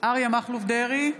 אריה מכלוף דרעי,